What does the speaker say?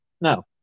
No